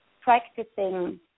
practicing